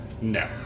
No